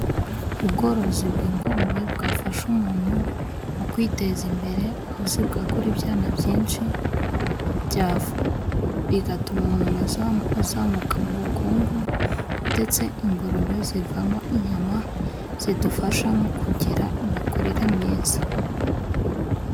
Ubworozi bw'ingurube bwafasha umuntu mu kwiteza imbere ,aho zibwagura ibyana byinshi bigatuma umuntu aza azamuka mu bukungu, ndetse ingurube zivamo inyama zidufasha mu kugira imikurire myiza.